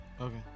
Okay